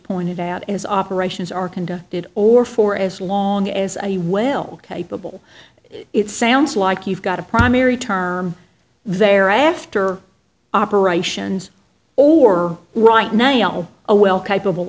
pointed out is operations are conducted or for as long as you will capable it sounds like you've got a primary term thereafter operations or right now a well capable